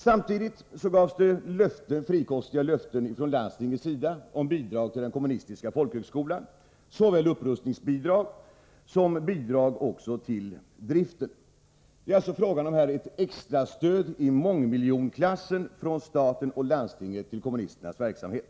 Samtidigt gavs det Nr 106 frikostiga löften från landstingets sida om bidrag till den kommunistiska Torsdagen den folkhögskolan — såväl upprustningsbidrag som bidrag till driften. Det är alltså 22 mars 1984 fråga om ett extra stöd i mångmiljonklassen från staten och landstinget till kommunisternas verksamhet.